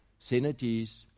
Synergies